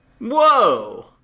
Whoa